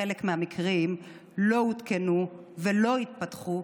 בחלק מהמקרים לא עודכנו ולא התפתחו,